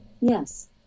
Yes